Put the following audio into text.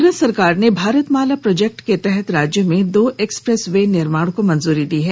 केंद्र सरकार के भारतमाला प्रोजेक्ट के तहत राज्य में दो एक्सप्रेस वे निर्माण की मंजूरी दी है